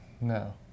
no